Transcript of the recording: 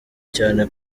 cyane